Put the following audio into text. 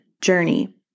journey